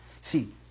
See